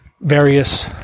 various